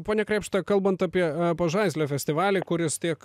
pone krėpšta kalbant apie pažaislio festivalį kuris tiek